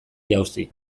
jauzi